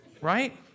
Right